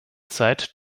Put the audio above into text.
zeit